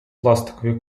пластикові